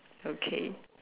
okay